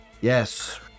Yes